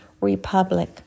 republic